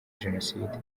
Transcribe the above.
jenoside